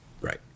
Right